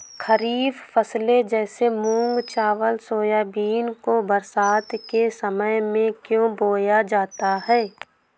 खरीफ फसले जैसे मूंग चावल सोयाबीन को बरसात के समय में क्यो बोया जाता है?